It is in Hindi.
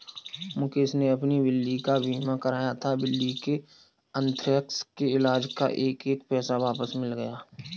मुकेश ने अपनी बिल्ली का बीमा कराया था, बिल्ली के अन्थ्रेक्स के इलाज़ का एक एक पैसा वापस मिल गया